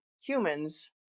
humans